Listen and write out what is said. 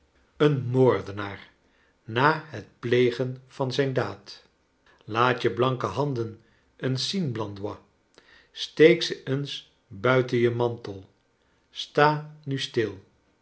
denaar na het plegen van zijn daad laat je blanke handen eens zien blandois steek ze eens buiten je mantel sta nu stil